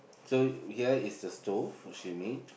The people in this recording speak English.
so here is the stove she made